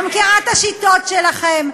אני מכירה את השיטות שלכם.